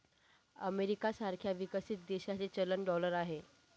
America सारख्या विकसित देशाचे चलन डॉलर आहे